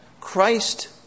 Christ